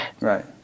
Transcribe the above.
Right